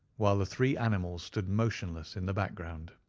while the three animals stood motionless in the back-ground.